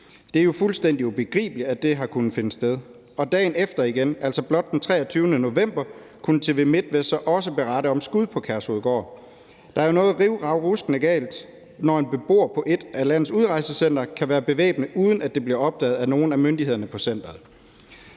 Det er fuldstændig ubegribeligt, at det har kunnet finde sted. Blot dagen efter igen, altså den 23. november, kunne TV MIDTVEST så også berette om skud på Kærshovedgård. Der er jo noget rivravruskende galt, når en beboer på et af landets udrejsecentre kan være bevæbnet, uden at det bliver opdaget af nogen af myndighederne på centeret.